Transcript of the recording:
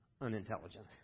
unintelligent